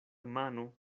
mano